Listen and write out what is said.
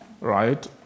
right